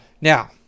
Now